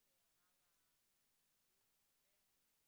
רק הערה לדיון הקודם.